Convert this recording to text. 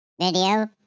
video